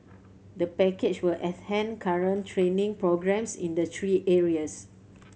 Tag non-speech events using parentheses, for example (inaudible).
the package will (unintelligible) current training programmes in three areas